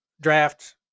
draft